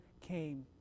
came